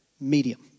medium